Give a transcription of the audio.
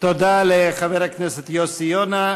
תודה לחבר הכנסת יוסי יונה.